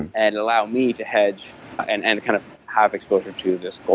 and and allow me to hedge and and kind of have exposure to this